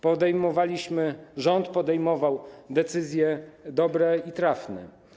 Podejmowaliśmy, rząd podejmował decyzje dobre i trafne.